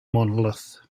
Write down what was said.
monolith